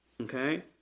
okay